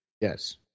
Yes